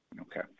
Okay